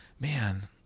man